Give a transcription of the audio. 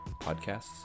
podcasts